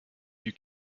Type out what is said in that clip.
you